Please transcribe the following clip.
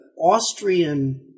Austrian